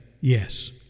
yes